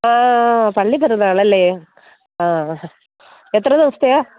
ആ പള്ളിപ്പരുന്നളല്ലേ ആ എത്ര ദിവസത്തെയാണ്